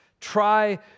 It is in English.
Try